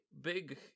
big